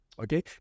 Okay